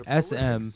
SM